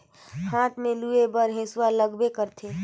हाथ में लूए बर हेसुवा लगबे करथे